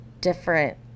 different